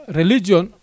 religion